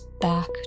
back